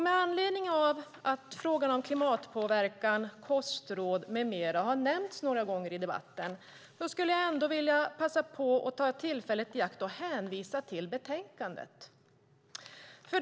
Med anledning av att frågan om klimatpåverkan, kostråd med mera har nämnts några gånger i debatten skulle jag vilja passa på att ta tillfället i akt och hänvisa till betänkandet.